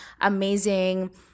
amazing